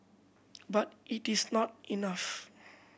but it is not enough